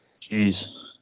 Jeez